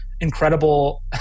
incredible